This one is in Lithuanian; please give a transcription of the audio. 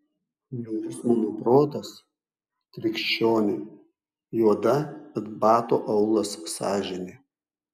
niūrus mano protas krikščioni juoda it bato aulas sąžinė